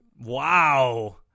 Wow